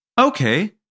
Okay